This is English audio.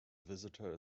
visitor